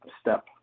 step